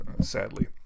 sadly